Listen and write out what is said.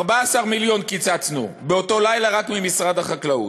14 מיליון קיצצנו באותו לילה רק ממשרד החקלאות,